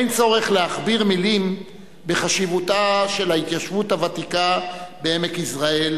אין צורך להכביר מלים על חשיבותה של ההתיישבות הוותיקה בעמק יזרעאל